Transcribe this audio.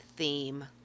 theme